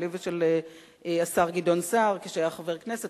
שלי ושל השר גדעון סער כשהיה חבר כנסת,